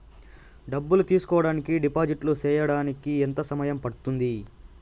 డబ్బులు తీసుకోడానికి డిపాజిట్లు సేయడానికి ఎంత సమయం పడ్తుంది